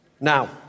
now